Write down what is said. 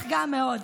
קשה גם לך, מאוד.